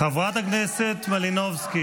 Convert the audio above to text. חברת הכנסת מלינובסקי,